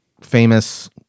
famous